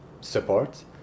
support